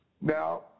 Now